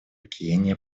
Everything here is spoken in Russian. кения